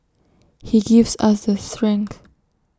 he gives us the strength